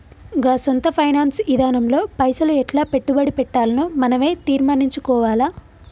గా సొంత ఫైనాన్స్ ఇదానంలో పైసలు ఎట్లా పెట్టుబడి పెట్టాల్నో మనవే తీర్మనించుకోవాల